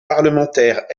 parlementaire